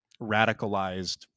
radicalized